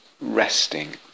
resting